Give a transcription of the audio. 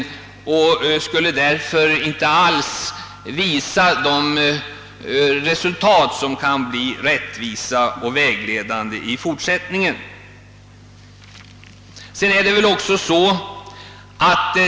Resultatet av undersökningen skulle därför inte alls bli rättvisande och ge vägledning åt den fortsatta forskningen.